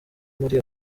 muri